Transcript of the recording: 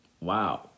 Wow